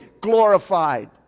glorified